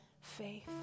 faith